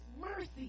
mercy